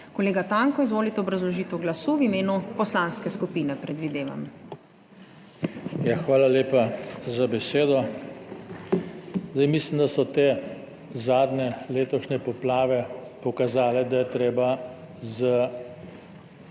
Kolega Tanko, izvolite obrazložitev glasu. V imenu poslanske skupine, predvidevam. JOŽE TANKO (PS SDS): Hvala lepa za besedo. Mislim, da so te zadnje letošnje poplave pokazale, da je treba z